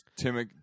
Tim